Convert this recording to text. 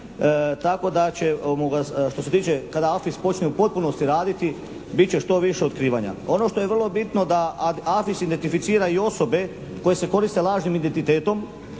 tako da će, što se tiče, kada AFIS počne u potpunosti raditi bit će što više otkrivanja. Ono što je vrlo bitno da AFIS identificira i osobe koje se koriste lažnim identitetom